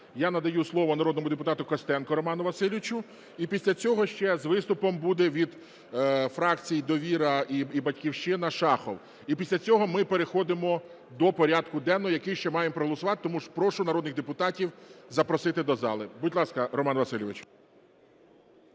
Я надаю слово народному депутату Костенку Роману Васильовичу, і після цього ще з виступом буде від фракції "Довіра" і "Батьківщина" Шахов. І після цього ми переходимо до порядку денного, який ще маємо проголосувати, тому прошу народних депутатів запросити до зали. Будь ласка, Роман Васильович.